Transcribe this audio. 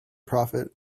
prophet